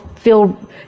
feel